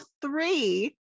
three